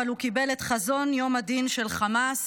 אבל הוא קיבל את חזון יום הדין של חמאס